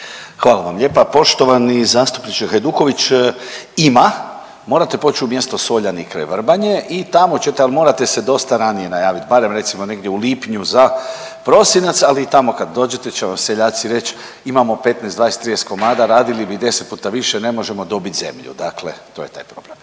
Hvala vam lijepa. Poštovani zastupniče Hajduković. Ima, morate poć u mjesto Soljani kraj Vrbanje i tamo ćete al morate se dosta ranije najavit, berem recimo negdje u lipnju za prosinac, ali i tamo kad dođete će vam seljaci reć imamo 15, 20, 30 komada radili bi deset puta više ne možemo dobit zemlju. Dakle, to je taj problem.